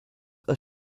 are